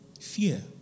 Fear